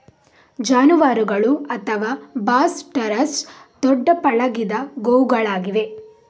ಜಾನುವಾರುಗಳು ಅಥವಾ Bos taurus ದೊಡ್ಡ ಪಳಗಿದ ಗೋವುಗಳಾಗಿವೆ